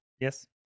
Yes